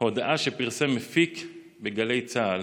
הודעה שפרסם מפיק בגלי צה"ל,